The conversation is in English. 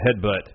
headbutt